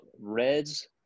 Red's